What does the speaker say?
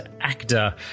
actor